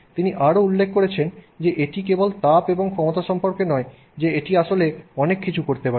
তিনি আরও উল্লেখ করেছেন যে এটি কেবল তাপ এবং ক্ষমতা সম্পর্কে নয় যে এটি আসলে অনেক কিছু করতে পারে